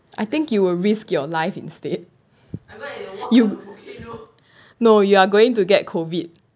I think you will risk your life instead you no you're going to get COVID